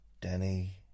Danny